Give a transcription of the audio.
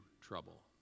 trouble